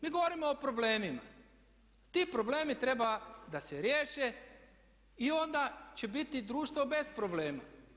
Mi govorimo o problemima, te probleme treba da se riješe i onda će biti društvo bez problema.